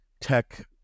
tech